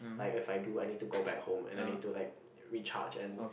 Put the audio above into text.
like if I do I need to go back home and I need to like recharge and